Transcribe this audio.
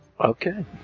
Okay